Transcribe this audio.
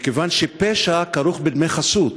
מכיוון שפשע כרוך בדמי חסות.